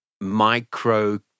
micro